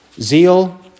zeal